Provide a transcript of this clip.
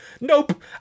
Nope